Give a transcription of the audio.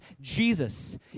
Jesus